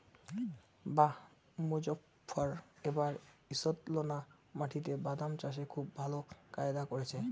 বাঃ মোজফ্ফর এবার ঈষৎলোনা মাটিতে বাদাম চাষে খুব ভালো ফায়দা করেছে